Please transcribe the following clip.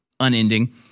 unending